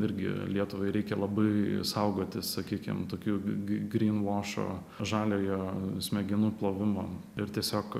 irgi lietuvai reikia labai saugotis sakykim tokių gri grynvašo žaliojo smegenų plovimo ir tiesiog